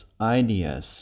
ideas